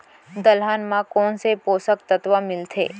दलहन म कोन से पोसक तत्व मिलथे?